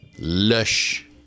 Lush